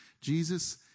Jesus